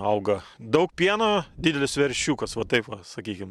auga daug pieno didelis veršiukas va taip va sakykim